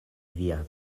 via